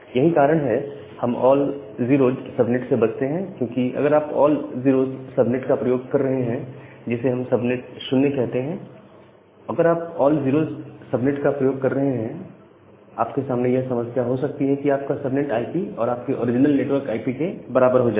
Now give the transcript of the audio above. यही कारण है कि हम ऑल 0s सबनेट से बचते हैं क्योंकि अगर आप ऑल 0s सबनेट का प्रयोग कर रहे हैं जिसे हम सबनेट 0 कहते हैं तो अगर आप ऑल 0s सबनेट का प्रयोग कर रहे हैं आपके सामने यह समस्या हो सकती है कि आपका सबनेट आईपी आपके ओरिजिनल नेटवर्क आईपी के बराबर हो जाए